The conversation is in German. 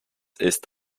ist